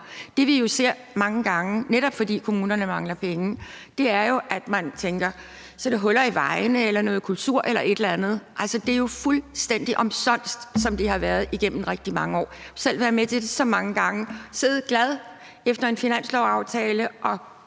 Det, vi ser mange gange, netop fordi kommunerne mangler penge, er, at man tænker, at det er huller i vejene eller noget kultur eller et eller andet. Det er jo fuldstændig omsonst, sådan som det har været igennem rigtig mange år. Jeg har selv været med til det så mange gange og siddet glad efter en finanslovsaftale og